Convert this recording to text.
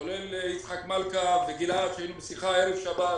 כולל יצחק מלכה וגלעד שהיינו בשיחה בערב שבת